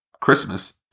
Christmas